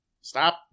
Stop